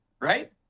right